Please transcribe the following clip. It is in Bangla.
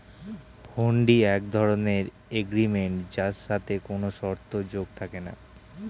হুন্ডি এক ধরণের এগ্রিমেন্ট যার সাথে কোনো শর্ত যোগ থাকে না